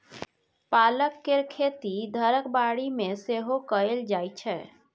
पालक केर खेती घरक बाड़ी मे सेहो कएल जाइ छै